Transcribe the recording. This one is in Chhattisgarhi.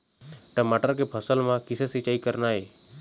टमाटर के फसल म किसे सिचाई करना ये?